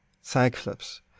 Cyclops